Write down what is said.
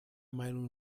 meinung